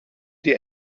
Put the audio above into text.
dir